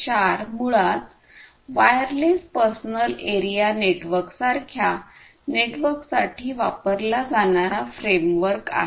4 मुळात wireless personal area नेटवर्कसारख्या नेटवर्कसाठी वापरला जाणारा फ्रेमवर्क आहे